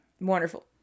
Wonderful